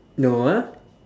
no ah